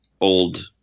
old